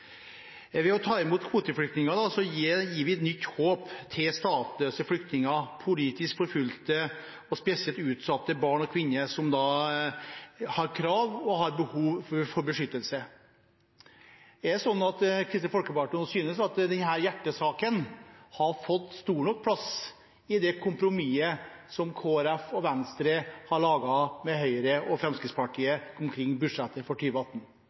Ved å ta imot kvoteflyktninger gir vi nytt håp til statsløse flyktninger, politisk forfulgte og spesielt utsatte barn og kvinner som har krav på og behov for beskyttelse. Synes Kristelig Folkeparti at denne hjertesaken har fått stor nok plass i det kompromisset som Kristelig Folkeparti og Venstre har laget med Høyre og Fremskrittspartiet omkring budsjettet for